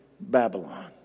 Babylon